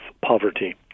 poverty